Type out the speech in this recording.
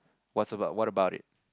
what's about what about it